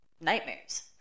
nightmares